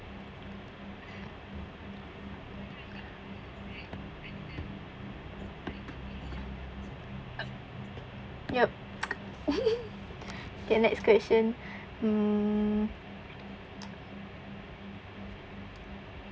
yup okay next question mm